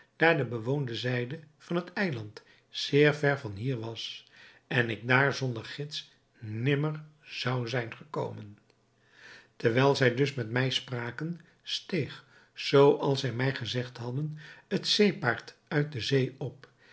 daar de bewoonde zijde van het eiland zeer ver van hier was en ik daar zonder gids nimmer zou zijn gekomen terwijl zij dus met mij spraken steeg zoo als zij mij gezegd hadden het zeepaard uit de zee op